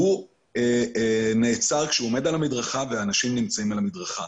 שהוא נעצר כשהוא עומד על המדרכה והאנשים נמצאים על המדרכה.